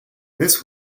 this